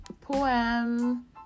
poem